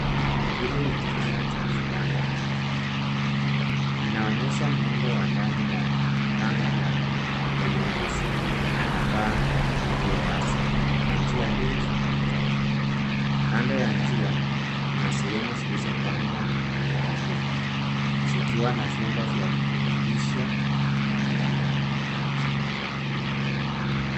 Hili ni kilimo cha viwanda. Inaonyesha muundo wa ndani wa banda la kuku lenye nguzo na paa iliyo wazi na njia ndefu katikati. Kando ya njia, kuna sehemu zilizopambwa kwa kuku, zikiwa na vyombo vya kulisha na kunywea maji.